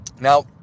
Now